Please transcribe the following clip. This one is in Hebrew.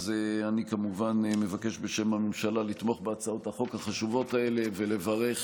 אני כמובן מבקש בשם הממשלה לתמוך בהצעות החוק החשובות האלה ולברך